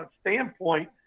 standpoint